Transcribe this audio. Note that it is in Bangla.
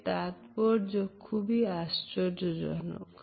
এর তাৎপর্য খুবই আশ্চর্যজনক